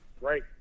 Right